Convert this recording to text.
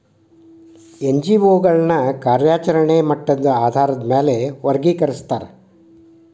NGO ಗಳನ್ನ ಕಾರ್ಯಚರೆಣೆಯ ಮಟ್ಟದ ಆಧಾರಾದ್ ಮ್ಯಾಲೆ ವರ್ಗಿಕರಸ್ತಾರ